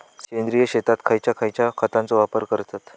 सेंद्रिय शेतात खयच्या खयच्या खतांचो वापर करतत?